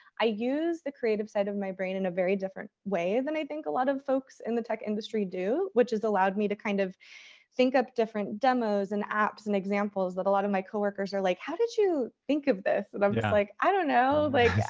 i use the creative side of my brain in a very different way than i think a lot of folks in the tech industry do, which has allowed me to kind of think up different demos and apps and examples that a lot of my coworker are like, how did you think of this? and i'm just like, i don't know. like,